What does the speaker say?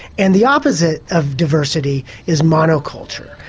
and the opposite of diversity is monoculture,